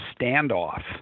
standoff